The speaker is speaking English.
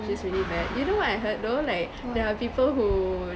which is really bad you know what I heard though like there are people who